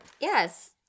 Yes